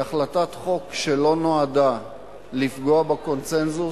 היא החלטת חוק שלא נועדה לפגוע בקונסנזוס,